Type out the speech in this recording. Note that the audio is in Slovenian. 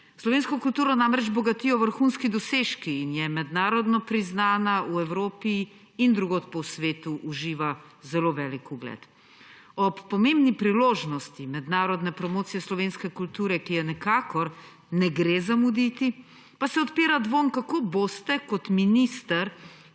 Slovensko kulturo namreč bogatijo vrhunski dosežki in je mednarodno priznana v Evropi in drugje po svetu uživa zelo velik ugled. Ob pomembni priložnosti mednarodne promocije slovenske kulture, ki je nikakor ne gre zamuditi, pa se odpira dvom, kako boste kot minister,